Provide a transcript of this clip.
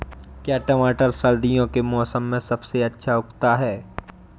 क्या टमाटर सर्दियों के मौसम में सबसे अच्छा उगता है?